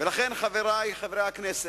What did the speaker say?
ולכן, חברי חברי הכנסת,